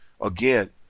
again